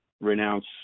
renounce